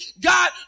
God